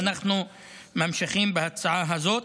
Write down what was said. ואנחנו ממשיכים בהצעה הזאת.